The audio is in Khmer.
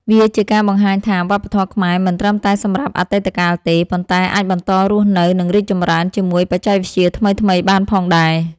វាជាការបង្ហាញថា វប្បធម៌ខ្មែរមិនត្រឹមតែសម្រាប់អតីតកាលទេ ប៉ុន្តែអាចបន្តរស់នៅ និងរីកចម្រើនជាមួយបច្ចេកវិទ្យាថ្មីៗបានផងដែរ។